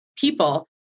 people